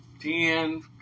ten